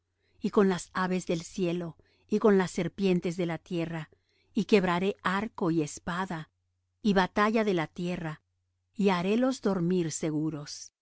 y con las aves del cielo y con las serpientes de la tierra y quebraré arco y espada y batalla de la tierra y harélos dormir seguros